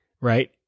right